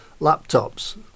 laptops